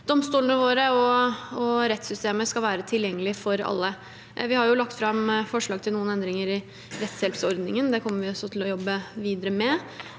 domstolene våre og rettssystemet vårt er tilgjengelig for alle. Vi har lagt fram forslag til noen endringer i rettshjelpsordningen. Det kommer vi til å jobbe videre med.